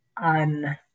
on